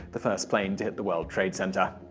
the first plane to hit the world trade center.